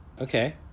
Okay